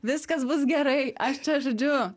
viskas bus gerai aš čia žodžiu